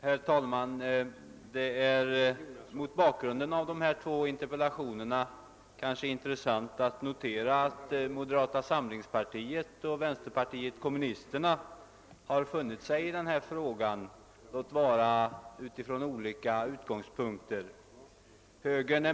Herr talman! Med anledning av de två interpellationer som vi nu behandlar är det intressant att notera att moderata samlingspartiet och vänsterpartiet kommunisterna har funnit varandra i denna fråga — låt vara utifrån olika utgångspunkter.